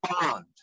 bond